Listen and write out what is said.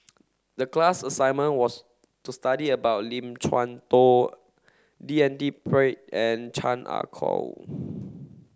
the class assignment was to study about Lim Chuan Poh D N D Pritt and Chan Ah Kow